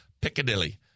Piccadilly